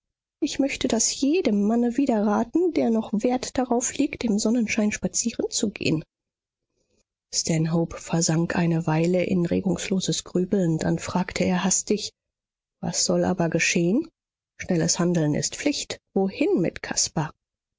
ich möchte das jedem manne widerraten der noch wert darauf legt im sonnenschein spazierenzugehen stanhope versank eine weile in regungsloses grübeln dann fragte er hastig was soll aber geschehen schnelles handeln ist pflicht wohin mit caspar